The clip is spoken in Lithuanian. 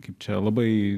kaip čia labai